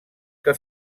que